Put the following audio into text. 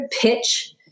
pitch